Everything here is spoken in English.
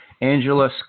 Angela